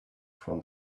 from